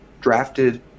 drafted